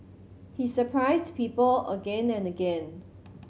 he surprised people again and again